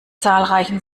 zahlreichen